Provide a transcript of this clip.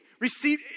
Receive